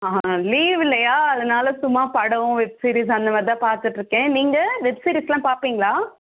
ஆ leave இல்லையா அதனால் சும்மா படம் வெப் சீரிஸ் அந்தமாதிரி தான் பார்த்துட்ருக்கேன் நீங்கள் வெப் சீரிஸ்லாம் பார்ப்பீங்களா